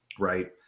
right